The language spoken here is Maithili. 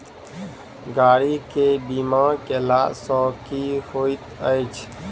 गाड़ी केँ बीमा कैला सँ की होइत अछि?